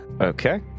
Okay